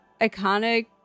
iconic